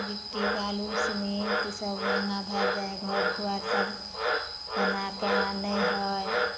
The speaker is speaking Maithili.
गिट्टी बालू सिमेन्ट ईसब महगा भेल जाइ हइ घर दुआरि सब बनाके आनै हइ